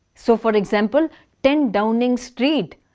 so for example ten downing street.